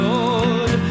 Lord